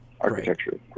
architecture